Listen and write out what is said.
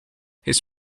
his